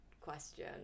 question